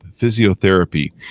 Physiotherapy